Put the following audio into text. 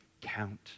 count